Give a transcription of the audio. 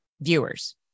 viewers